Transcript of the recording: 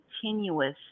continuous